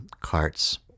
carts